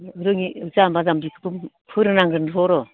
रोङि जाम्बा जाम्बिफोरखौ फोरों नांगोनथ' र'